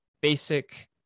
basic